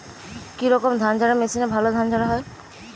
কি রকম ধানঝাড়া মেশিনে ভালো ধান ঝাড়া হয়?